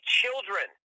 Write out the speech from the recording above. children